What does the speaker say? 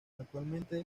actualmente